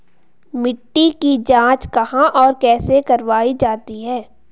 मिट्टी की जाँच कहाँ और कैसे करवायी जाती है?